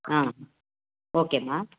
ஆ ஓகேம்மா